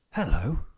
Hello